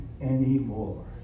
anymore